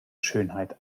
schönheit